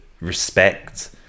respect